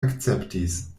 akceptis